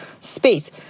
space